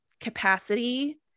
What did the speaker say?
capacity